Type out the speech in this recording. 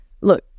Look